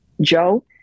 Joe